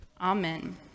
Amen